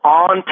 on